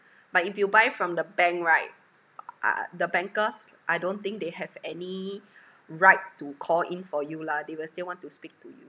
but if you buy from the bank right uh the bankers I don't think they have any right to call in for you lah they will still want to speak to you